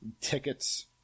tickets